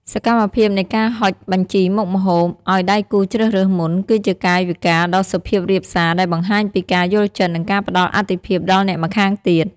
សកម្មភាពនៃការហុចបញ្ជីមុខម្ហូប ឱ្យដៃគូជ្រើសរើសមុន គឺជាកាយវិការដ៏សុភាពរាបសារដែលបង្ហាញពីការយល់ចិត្ត និងការផ្ដល់អាទិភាពដល់អ្នកម្ខាងទៀត